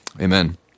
Amen